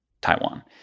Taiwan